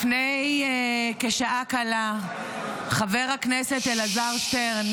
לפני כשעה קלה חבר הכנסת אלעזר שטרן